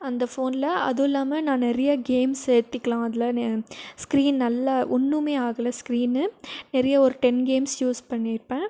அந்த ஃபோனில் அதுவும் இல்லாமல் நான் நிறையா கேம்ஸ் ஏற்றிக்கிலாம் அதில் நெ ஸ்க்ரீன் நல்லா ஒன்றுமே ஆகலை ஸ்க்ரீனு நிறைய ஒரு டென் கேம்ஸ் யூஸ் பண்ணியிருப்பேன்